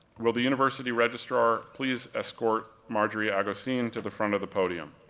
will the university registrar please escort marjorie agosin to the front of the podium?